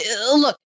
Look